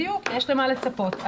בדיוק, יש למה לצפות.